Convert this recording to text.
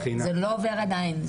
זה לא עובר עדיין.